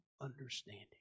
understanding